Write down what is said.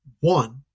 one